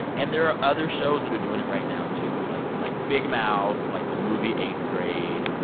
and there are other shows that are doing it right now too, like like big mouth, like the movie eighth grade.